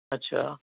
اچھا